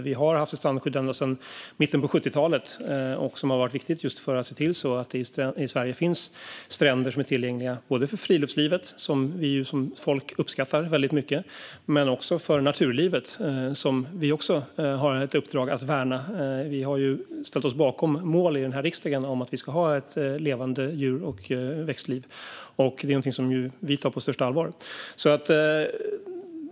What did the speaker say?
Vi har haft ett strandskydd ända sedan mitten av 70-talet som har varit viktigt för att se till att det i Sverige finns stränder som är tillgängliga både för friluftslivet, som vi ju som folk uppskattar väldigt mycket, och för naturlivet som vi också har ett uppdrag att värna. Vi har ju i den här riksdagen ställt oss bakom mål om att vi ska ha ett levande djur och växtliv, och det är någonting som vi tar på största allvar.